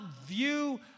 view